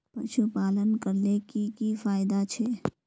पशुपालन करले की की फायदा छे?